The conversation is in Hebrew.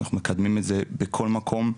אנחנו מקדמים את זה בכל מקום,